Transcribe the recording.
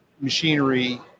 machinery